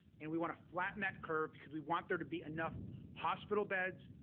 and we want to flatten that curve because we want there to be enough hospital beds,